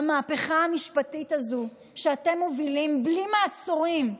המהפכה המשפטית הזו שאתם מובילים בלי מעצורים,